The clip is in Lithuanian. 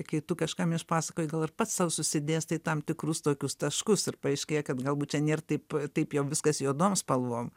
kai tu kažkam išpasakoji gal ir pats sau susidėstai tam tikrus tokius taškus ir paaiškėja kad galbūt čia nėr taip taip jau viskas juodom spalvom